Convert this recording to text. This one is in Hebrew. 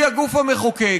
היא הגוף המחוקק,